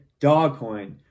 Dogcoin